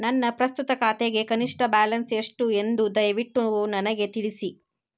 ನನ್ನ ಪ್ರಸ್ತುತ ಖಾತೆಗೆ ಕನಿಷ್ಟ ಬ್ಯಾಲೆನ್ಸ್ ಎಷ್ಟು ಎಂದು ದಯವಿಟ್ಟು ನನಗೆ ತಿಳಿಸಿ